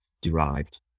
derived